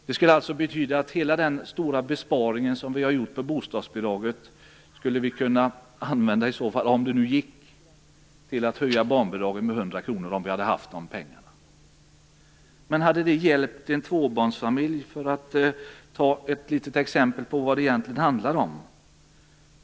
Det skulle alltså betyda att hela den stora besparing som vi har gjort på bostadsbidragen skulle, om det gick, användas till att höja barnbidragen med 100 kr. Men hade det hjälp en tvåbarnsfamilj, för att ta ett exempel på vad det egentligen handlar om?